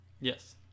Yes